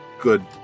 good